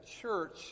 church